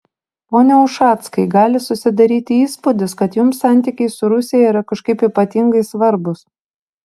pone ušackai gali susidaryti įspūdis kad jums santykiai su rusija yra kažkaip ypatingai svarbūs